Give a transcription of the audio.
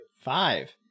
Five